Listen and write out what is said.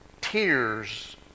tears